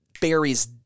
berries